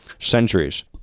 centuries